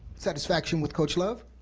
satisfaction with coach love,